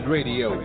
Radio